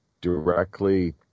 directly